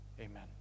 Amen